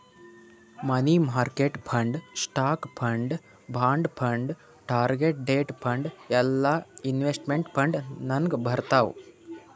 money market fund, stock fund, bond fund, target date fund ಎಲ್ಲಾ investment fund ನಾಗ್ ಬರ್ತಾವ್